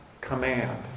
command